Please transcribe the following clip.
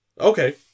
Okay